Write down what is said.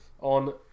on